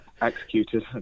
executed